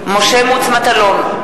מטלון,